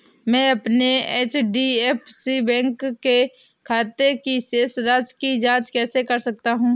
मैं अपने HDFC bank के खाते की शेष राशि की जाँच कैसे कर सकता हूँ?